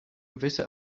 gewisse